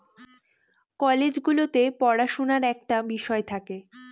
college গুলোতে পড়াশুনার একটা বিষয় থাকে